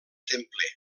templer